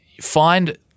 find